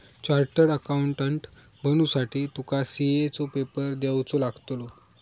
chartered accountant बनुसाठी तुका CA चो पेपर देवचो लागतलो